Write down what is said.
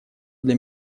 для